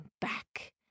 back